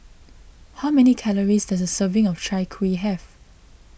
how many calories does a serving of Chai Kuih have